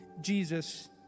Jesus